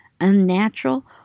unnatural